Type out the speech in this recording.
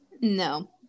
No